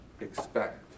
expect